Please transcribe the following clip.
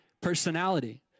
personality